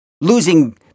Losing